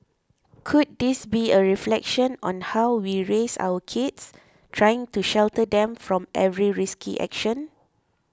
could this be a reflection on how we raise our kids trying to shelter them from every risky action